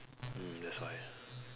mm that's why